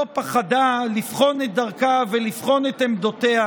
פחדה לבחון את דרכה ולבחון את עמדותיה,